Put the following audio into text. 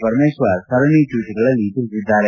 ಪರಮೇಶ್ವರ್ ಸರಣಿ ಟ್ವೀಟ್ ಗಳಲ್ಲಿ ತಿಳಿಸಿದ್ದಾರೆ